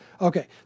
Okay